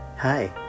Hi